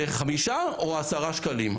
זה 5 או 10 שקלים.